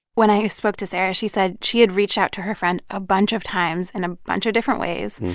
when i spoke to sarah, she said she had reached out to her friend a bunch of times in and a bunch of different ways.